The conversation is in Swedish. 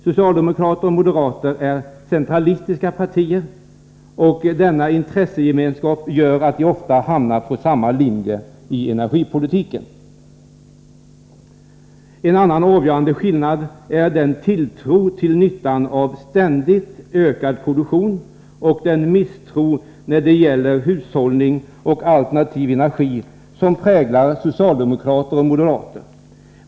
Socialdemokrater och moderater är centralistiska partier, och denna intressegemenskap gör att de ofta hamnar på samma linje i energipolitiken. En annan avgörande skillnad är den tilltro till nyttan av ständigt ökad produktion och den misstro när det gäller hushållning och alternativ energi som präglar socialdemokrater och moderater.